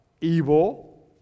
evil